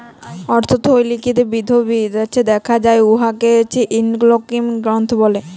অথ্থলৈতিক বিধ্ধি দ্যাখা যায় উয়াকে ইকলমিক গ্রথ ব্যলে